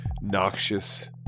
noxious